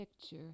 picture